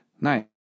nice